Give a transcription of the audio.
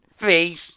face